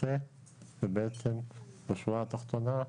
קצה ובעצם בשורה התחתונה,